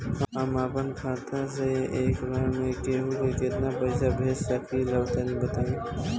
हम आपन खाता से एक बेर मे केंहू के केतना पईसा भेज सकिला तनि बताईं?